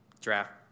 draft